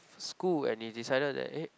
school and he decided that eh